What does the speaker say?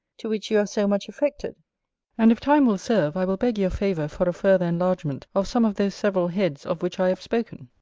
to which you are so much affected and if time will serve, i will beg your favour for a further enlargement of some of those several heads of which i have spoken.